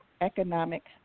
Economic